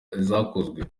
izakozwe